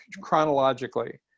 chronologically